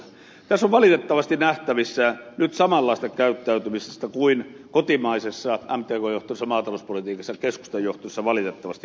tässä on valitettavasti nähtävissä nyt samanlaista käyttäytymistä kuin kotimaisessa mtkn johtamassa maatalouspolitiikassa keskustajohtoisessa valitettavasti on